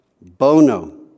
Bono